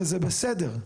וזה בסדר.